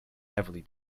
heavily